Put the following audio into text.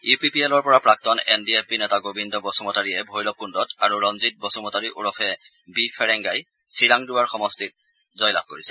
U P P এলৰ পৰা প্ৰাক্তন এন ডি এফ বি নেতা গোৱিন্দ বসূমতাৰীয়ে ভৈৰৱকুণ্ডত আৰু ৰঞ্জিত বসুমতাৰী ওৰফে বি ফেৰেংগাই চিৰাংদুৱাৰ সমষ্টিত জয়লাভ কৰিছে